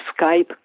Skype